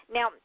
Now